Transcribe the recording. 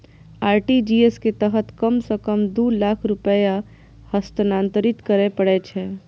RTGS के तहत कम सं कम दू लाख रुपैया हस्तांतरित करय पड़ै छै